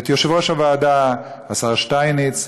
את יושב-ראש הוועדה השר שטייניץ,